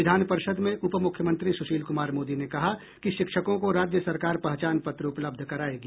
विधान परिषद में उप मुख्यमंत्री सुशील कुमार मोदी ने कहा कि शिक्षकों को राज्य सरकार पहचान पत्र उपलब्ध कराएगी